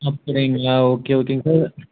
அப்படிங்களா ஓகே ஓகேங்க சார்